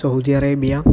Saudi Arabia